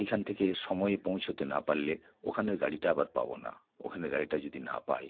এইখান থেকে সময়ে পৌঁছোতে না পারলে ওখানের গাড়িটা আবার পাবো না ওখানের গাড়িটা যদি না পাই